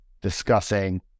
discussing